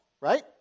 right